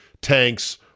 Tanks